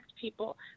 people